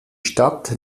stadt